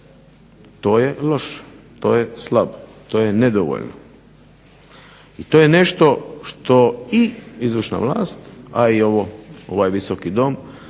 To je loše, to je slabo, to je nedovoljno i to je nešto što i izvršna vlast a i ovaj Visoki dom